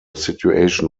situation